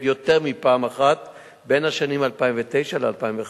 יותר מפעם אחת בין השנים 2009 ו-2011.